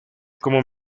como